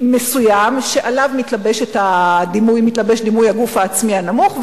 מסוים שעליו מתלבש דימוי הגוף העצמי הנמוך,